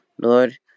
Lord